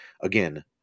again